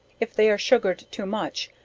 if they are sugared too much,